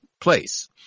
place